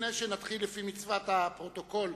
לפני שנתחיל, לפי מצוות הפרוטוקול,